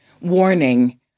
warning